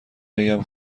بگم